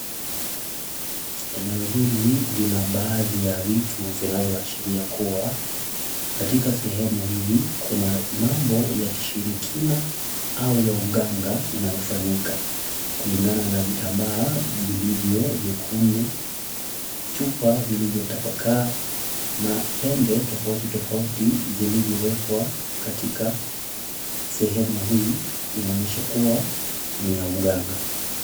Eneo hili lina baadhi ya vitu vinavyoashiria kuwa katika sehemu hii kuna mambo ya kishirikina au ya uganga inayofanyika kulingana na vitambaa vilivyo vyekundu, chupa vilivyotapakaa na pembe tofauti tofauti zilivyowekwa katika sehemu hii inaonyesha kuwa ni ya uganga.